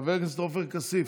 חבר הכנסת עופר כסיף,